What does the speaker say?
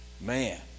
man